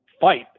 fight